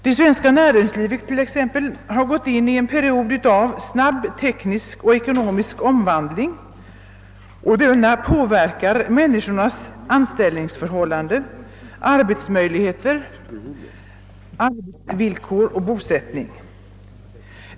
Det svenska näringslivet t.ex. har gått in i en period av snabb teknisk och ekonomisk omvandling, som påverkar människornas anställningsvillkor, arbetsmöjligheter, arbetsvillkor och bosättning.